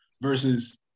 Versus